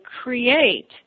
create